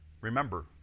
remember